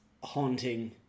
Haunting